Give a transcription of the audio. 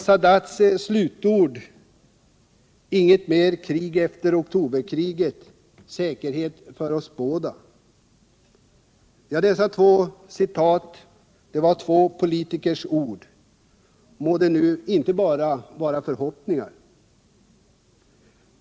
Sadats slutord löd: ”Inget mer krig efter oktoberkriget, säkerhet för oss båda.” Ja, det var politikerns ord. Må det nu inte bara vara förhoppningar.